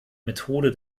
methode